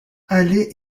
aller